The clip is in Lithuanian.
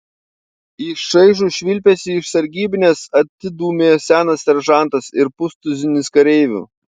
į šaižų švilpesį iš sargybinės atidūmė senas seržantas ir pustuzinis kareivių